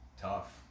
Tough